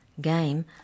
game